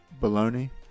bologna